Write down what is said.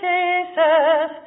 Jesus